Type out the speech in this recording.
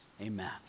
amen